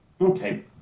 Okay